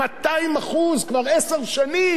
200% כבר עשר שנים,